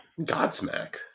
Godsmack